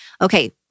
Okay